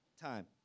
Time